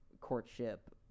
courtship